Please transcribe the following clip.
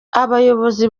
abayobozi